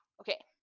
Okay